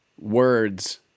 words